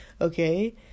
okay